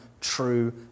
true